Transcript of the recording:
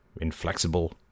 inflexible